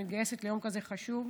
מתגייסת ליום כזה חשוב,